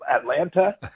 Atlanta